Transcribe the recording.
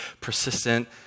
persistent